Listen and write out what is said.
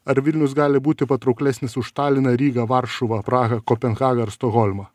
ar vilnius gali būti patrauklesnis už taliną rygą varšuvą prahą kopenhagą ar stokholmą